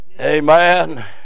Amen